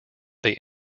they